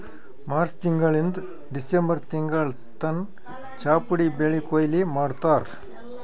March ತಿಂಗಳಿಂದ್ December ತಿಂಗಳ್ ತನ ಚಾಪುಡಿ ಬೆಳಿ ಕೊಯ್ಲಿ ಮಾಡ್ತಾರ್